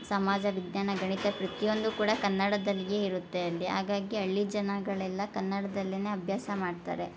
ಸಮಾಜ ವಿಜ್ಞಾನ ಗಣಿತ ಪ್ರತಿಯೊಂದು ಕೂಡ ಕನ್ನಡದಲ್ಲಿಯೇ ಇರುತ್ತೆ ಅಲ್ಲಿ ಹಾಗಾಗಿ ಹಳ್ಳಿ ಜನಗಳೆಲ್ಲ ಕನ್ನಡ್ದಲ್ಲೇ ಅಭ್ಯಾಸ ಮಾಡ್ತಾರೆ